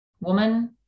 woman